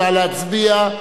נא להצביע.